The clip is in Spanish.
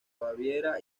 baviera